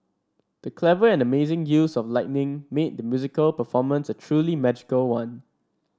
the clever and amazing use of lighting made the musical performance a truly magical one